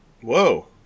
Whoa